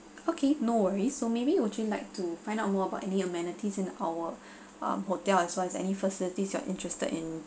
okay no worries so maybe would you like to find out more about any amenities in our um hotel as long as any facilities you are interested in